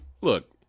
Look